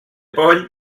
poll